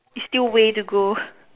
it's still way to go